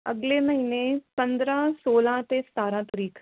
ਅਗਲੇ ਮਹੀਨੇ ਪੰਦਰਾਂ ਸੋਲਾਂ ਅਤੇ ਸਤਾਰਾਂ ਤਾਰੀਖ਼